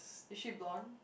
is she blonde